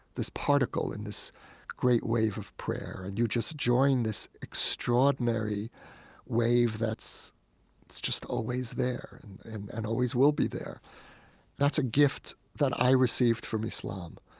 this particle in this great wave of prayer and you just join this extraordinary wave that's just always there and and always will be there that's a gift that i received from islam.